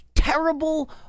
Terrible